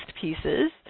pieces